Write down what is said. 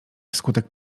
wskutek